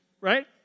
Right